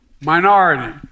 Minority